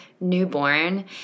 newborn